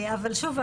אבל שוב,